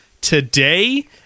today